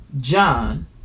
John